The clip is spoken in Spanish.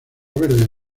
verdes